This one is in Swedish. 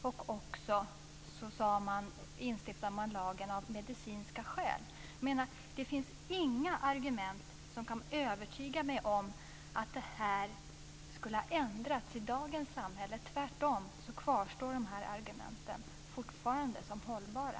Dessutom stiftade man lagen av medicinska skäl. Det finns inga argument som kan övertyga mig om att detta skulle ha ändrats i dagens samhälle. Tvärtom kvarstår de här argumenten fortfarande som hållbara.